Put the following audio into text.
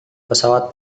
pesawat